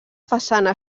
façana